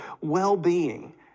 well-being